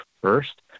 first